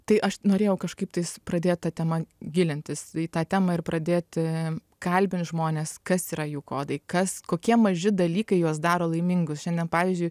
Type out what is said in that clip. tai aš norėjau kažkaip tais pradėt ta tema gilintis į tą temą ir pradėti kalbint žmones kas yra jų kodai kas kokie maži dalykai juos daro laimingus šiandien pavyzdžiui